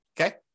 okay